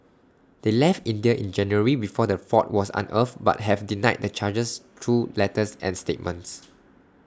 they left India in January before the fraud was unearthed but have denied the charges through letters and statements